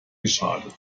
geschadet